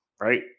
right